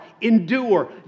Endure